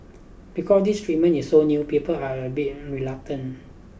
because this treatment is so new people are a bit reluctant